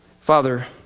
Father